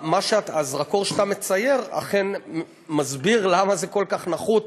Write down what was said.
הזרקור שאתה מייצר אכן מסביר למה זה כל כך נחוץ,